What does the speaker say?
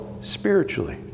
spiritually